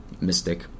mystic